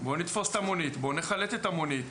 -- בואו נתפוס את המונית, בואו נחלט את המונית.